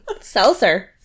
Seltzer